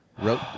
Wrote